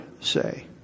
say